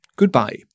goodbye